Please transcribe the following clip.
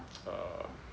err